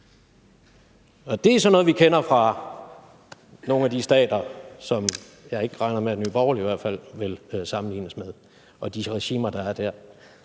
Det er sådan noget, vi kender fra nogle af de stater, som jeg ikke regner med at Nye Borgerlige i hvert fald vil sammenlignes med, og de regimer, der er der.